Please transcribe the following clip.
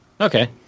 Okay